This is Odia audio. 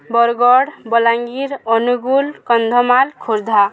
ବରଗଡ଼ ବଲାଙ୍ଗୀର ଅନୁଗୁଳ କନ୍ଧମାଲ ଖୋର୍ଦ୍ଧା